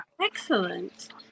Excellent